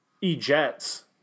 E-Jets